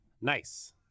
nice